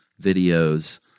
videos